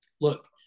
look